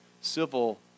civil